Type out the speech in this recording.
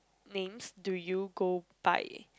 ~names do you go by